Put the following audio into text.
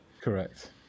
Correct